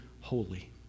holy